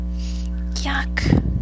Yuck